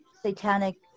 satanic